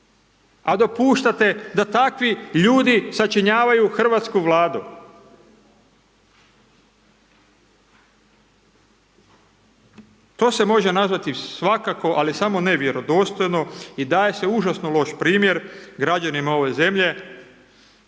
A dopuštate da takvi ljudi sačinjavaju hrvatsku Vladu? To se može nazvati svakako, ali samo ne vjerodostojno, i daje se užasno loš primjer građanima ove zemlje,